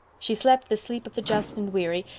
she slept the sleep of the just and weary,